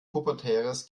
pubertäres